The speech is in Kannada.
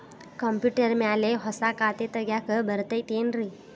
ಕಂಪ್ಯೂಟರ್ ಮ್ಯಾಲೆ ಹೊಸಾ ಖಾತೆ ತಗ್ಯಾಕ್ ಬರತೈತಿ ಏನ್ರಿ?